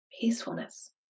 peacefulness